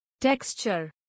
Texture